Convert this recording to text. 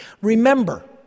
Remember